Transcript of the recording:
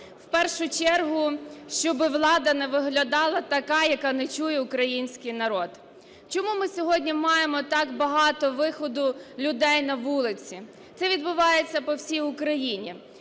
В першу чергу, щоби влада не виглядала такою, яка не чує український народ. Чому ми сьогодні маємо так багато виходу людей на вулиці? Це відбувається по всій Україні.